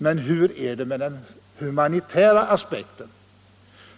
Men hur är det med den humanitära aspekten?